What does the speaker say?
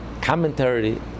commentary